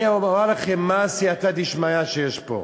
אני אומר לכם מה הסייעתא דשמיא שיש פה,